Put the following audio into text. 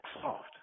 soft